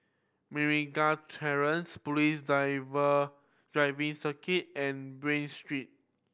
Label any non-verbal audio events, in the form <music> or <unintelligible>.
Meragi Terrace Police <unintelligible> Driving Circuit and Bain Street